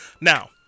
now